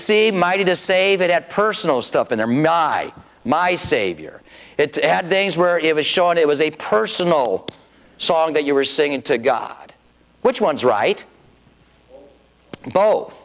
see mighty to save it at personal stuff in there may i my savior it had days where it was shown it was a personal song that you were singing to god which ones right both